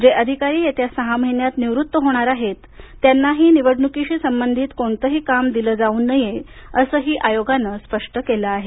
जे अधिकारी येत्या सहा महिन्यात निवृत्त होणार आहेत त्यांनाही निवडणुकीशी संबधित कोणतेही काम दिले जाऊ नये असंही आयोगानं स्पष्ट केलं आहे